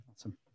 Awesome